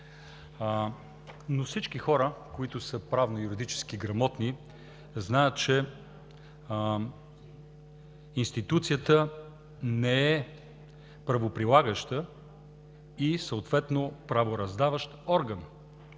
91. Всички хора, които са правно-юридически грамотни, знаят, че институцията не е правоприлагаща и съответно правораздаващ орган.